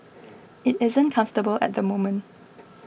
it isn't comfortable at the moment